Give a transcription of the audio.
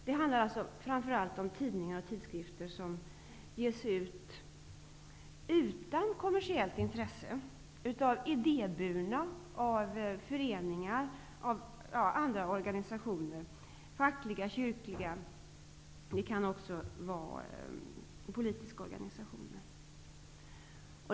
Det handlar framför allt om tidningar och tidskrifter som ges ut utan kommersiellt intresse av idéburna föreningar och andra organisationer, t.ex. fackliga, kyrkliga och politiska organisationer.